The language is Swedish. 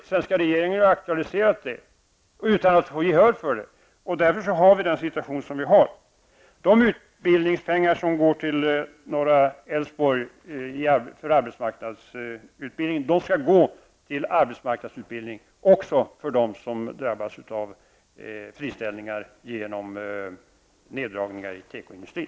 Den svenska regeringen har aktualiserat frågan nu, men utan att vinna gehör för sina synpunkter. Därför har vi den situation som vi har. Utbildningspengar går ju till norra Älvsborg för arbetsmarknadsutbildning, och utbildningspengar skall också gå till arbetsmarknadsutbildning för dem som drabbas av friställningar till följd av neddragningar i tekoindustrin.